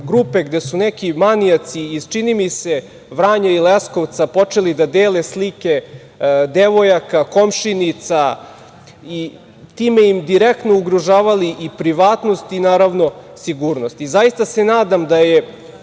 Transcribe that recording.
grupe gde su neki manijaci iz čini mi se Vranja i Leskovca počeli da dele slike devojaka, komšinica i time im direktno ugrožavali privatnost i sigurnost. Zaista se nadam da je